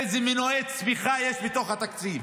איזה מנועי צמיחה יש בתוך התקציב.